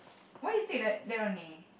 why you take that that only